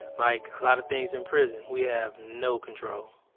like a lot of things in prison, we have no control.